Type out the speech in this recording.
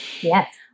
Yes